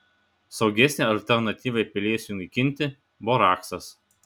saugesnė alternatyva pelėsiui naikinti boraksas